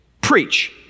Preach